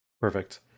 Perfect